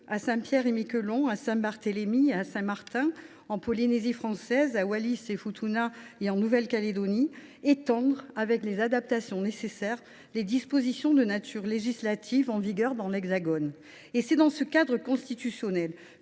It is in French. Saint Pierre et Miquelon, à Saint Barthélemy, à Saint Martin, en Polynésie française, dans les îles Wallis et Futuna et en Nouvelle Calédonie le Gouvernement peut étendre, avec les adaptations nécessaires, les dispositions de nature législative en vigueur dans l’Hexagone. C’est dans ce cadre constitutionnel